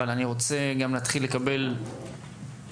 אבל אני רוצה להתחיל גם לקבל ריג'קטים